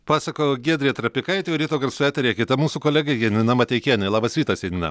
pasakojo giedrė trapikaitė o ryto garsų eteryje kita mūsų kolegė janina mateikienė labas rytas janina